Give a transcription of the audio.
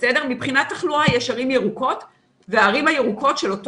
מבחינת תחלואה יש ערים ירוקות והערים הירוקות של אותו